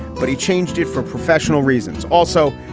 but he changed it for professional reasons. also,